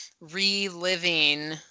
reliving